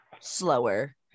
slower